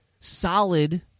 solid